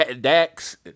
Dax